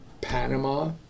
Panama